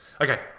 Okay